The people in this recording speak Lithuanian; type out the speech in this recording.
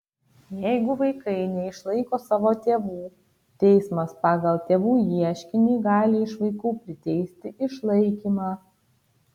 jeigu vaikai neišlaiko savo tėvų teismas pagal tėvų ieškinį gali iš vaikų priteisti išlaikymą